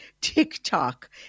TikTok